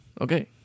Okay